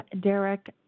Derek